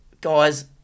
guys